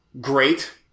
great